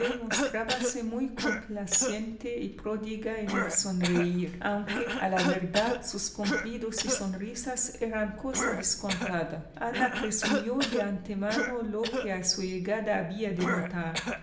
mostrábase muy complaciente y pródiga en el sonreír aunque a la verdad sus cumplidos y sonrisas eran cosa descontada ana presumió de antemano lo que a su llegada había de